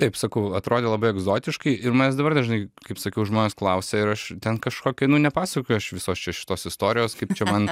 taip sakau atrodė labai egzotiškai ir manęs dabar dažnai kaip sakiau žmonės klausia ir aš ten kažkokį nu nepasakoju aš visos čia šitos istorijos kaip čia man